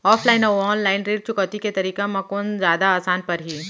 Offline अऊ online ऋण चुकौती के तरीका म कोन जादा आसान परही?